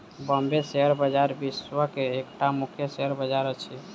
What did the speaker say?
Bombay share बजार विश्व के एकटा मुख्य शेयर बजार अछि